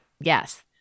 Yes